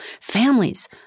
families